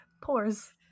Pores